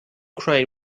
crane